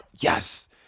yes